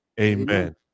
amen